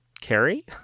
Carrie